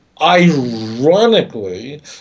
ironically